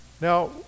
Now